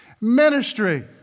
Ministry